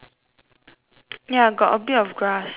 ya got a bit of grass at the side